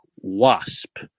wasp